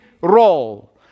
role